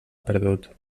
perdut